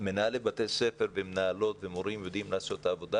מנהלי בתי הספר ומנהלות ומורים יודעים לעשות את העבודה